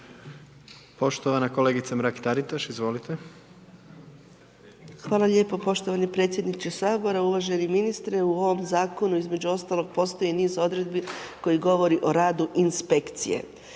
Poštovana kolegica Mrak Taritaš, izvolite. **Mrak-Taritaš, Anka (GLAS)** Hvala lijepo poštovani predsjedniče Sabora. Uvaženi ministre, u ovom zakonu, između ostalog postoji niz odredbi, koji govori o radi inspekcije.